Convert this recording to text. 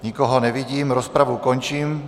Nikoho nevidím, rozpravu končím.